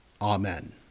Amen